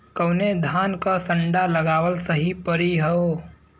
कवने धान क संन्डा लगावल सही परी हो?